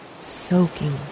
soaking